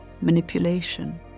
manipulation